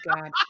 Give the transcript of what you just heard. god